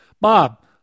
Bob